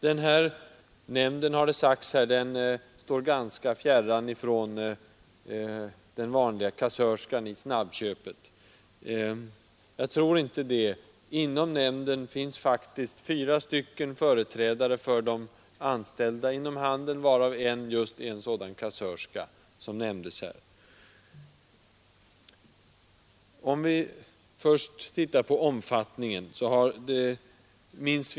Det har sagts att denna nämnd står ganska fjärran från den vanliga kassörskan i snabbköpet. Jag tror inte det. Inom nämnden finns faktiskt — Nr 43 fyra företrädare för de anställda inom handeln, varav en just är en sådan Onsdagen den kassörska. 14 mars 1973 Först omfattningen av förlängt öppethållande.